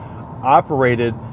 operated